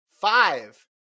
five